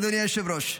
אדוני היושב-ראש.